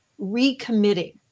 recommitting